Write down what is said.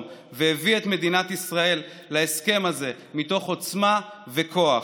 והביא את מדינת ישראל להסכם הזה מתוך עוצמה וכוח,